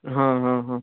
ହଁ ହଁ ହଁ